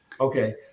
Okay